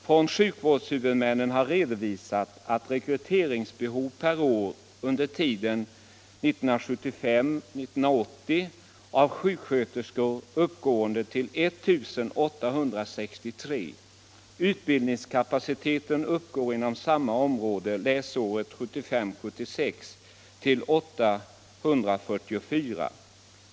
Från sjukvårdshuvudmännen har redovisats ett rekryteringsbehov per år under tiden 1975-1980 av sjuksköterskor uppgående till 1 863. Utbildningskapaciteten uppgår inom samma område under läsåret 1975/76 till 844.